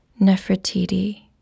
Nefertiti